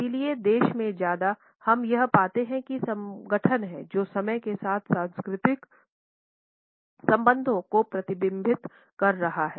इसलिए देश से ज्यादा हम यह पाते हैं की संगठन है जो समय के साथ सांस्कृतिक सम्बन्धो को प्रतिबिंबित कर रहा है